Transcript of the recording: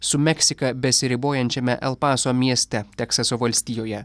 su meksika besiribojančiame el paso mieste teksaso valstijoje